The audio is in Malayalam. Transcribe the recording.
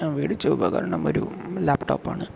ഞാൻ മേടിച്ച ഉപകരണം ഒരു ലാപ്ടോപ്പ് ആണ്